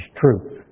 truth